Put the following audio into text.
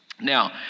Now